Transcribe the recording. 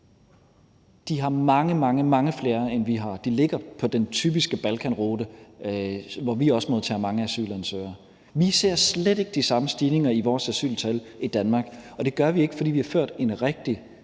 mange, mange flere, end vi har. De ligger på den typiske Balkanrute, hvorfra vi også modtager mange asylansøgere. Vi ser slet ikke de samme stigninger i vores asyltal i Danmark, og det gør vi ikke, fordi vi har ført en rigtig